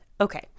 Okay